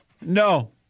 No